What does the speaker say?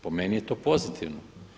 Po meni je to pozitivno.